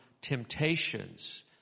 temptations